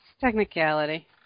Technicality